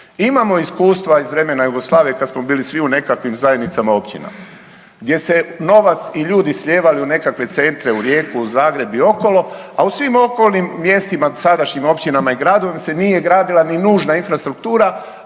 Imamo iskustva iz vremena Jugoslavije kad smo bili svi u nekakvim zajednicama općina gdje se novac i ljudi slijevali u nekakve centre, u Rijeku, Zagreb i okolo, a u svim okolnim mjestima, sadašnjim općinama i gradovima se nije gradila ni nužna infrastruktura.